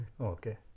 Okay